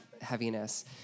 heaviness